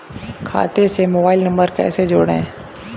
खाते से mobile number कैसे जोड़ें?